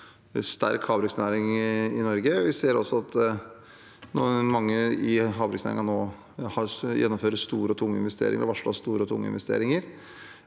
veldig sterk havbruksnæring i Norge. Vi ser også at mange i havbruksnæringen nå gjennomfører og har varslet store og tunge investeringer.